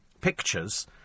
pictures